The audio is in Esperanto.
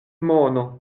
mono